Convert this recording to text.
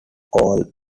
all